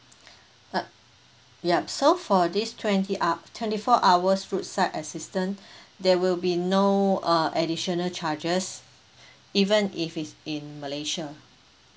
uh yup so for this twenty hou~ twenty four hours road side assistant there will be no uh additional charges even if it's in malaysia